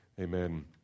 amen